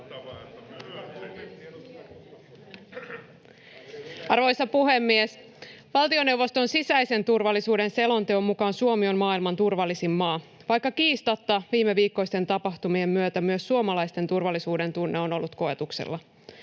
Arvoisa puhemies! Valtioneuvoston sisäisen turvallisuuden selonteon mukaan Suomi on maailman turvallisin maa, vaikka kiistatta viimeviikkoisten tapahtumien myötä myös suomalaisten turvallisuudentunne on ollut koetuksella.